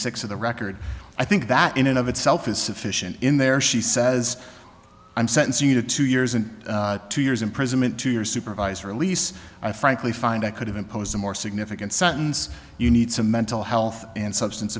six of the record i think that in and of itself is sufficient in there she says i'm sentence you to two years and two years imprisonment to your supervisor release i frankly find i could have imposed a more significant sentence you need some mental health and substance